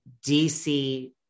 DC